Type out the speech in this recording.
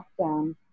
lockdown